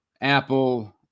Apple